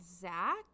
Zach